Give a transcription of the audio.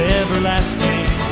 everlasting